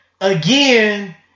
again